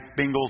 Bengals